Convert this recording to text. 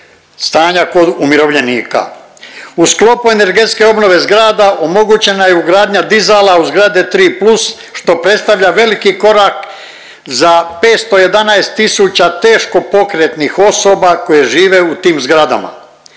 stanja kod umirovljenika. U sklopu energetske obnove zgrada omogućena je ugradnja dizala u zgrade tri plus što predstavlja veliki korak za 511 tisuća teško pokretnih osoba koje žive u tim zgradama.